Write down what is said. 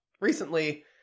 recently